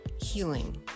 healing